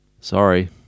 Sorry